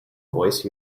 voice